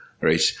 Right